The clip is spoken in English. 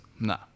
No